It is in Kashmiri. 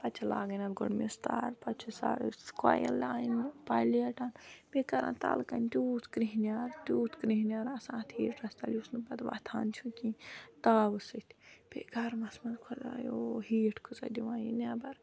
پَتہٕ چھِ لاگٕنۍ اَتھ گۄڈٕ مِسۍ تار پَتہٕ چھِ سۄ کۄیِل اَنٕنۍ پَلیٹَن بیٚیہِ کَران تَلہٕ کَنہِ تیوٗت کرٛیہنِیار تیوٗت کریہنِیارآسان اَتھ ہیٖٹرَس تَل یُس نہٕ پَتہٕ وۄتھان چھُ کِہیٖنۍ تاوٕ سۭتۍ بیٚیہِ گَرمَس منٛز خۄدایو ہیٖٹ کۭژاہ دِوان یہِ نٮ۪بَر